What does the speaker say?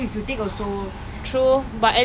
ask him lah message and ask him